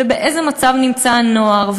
ובאיזה מצב נמצא הנוער,